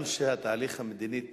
גם כשהתהליך המדיני תקוע,